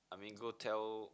I mean go tell